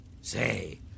Say